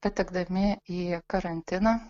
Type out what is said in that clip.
patekdami į karantiną